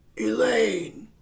Elaine